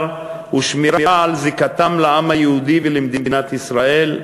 ושמירה על זיקתה לעם היהודי ולמדינת ישראל,